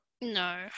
No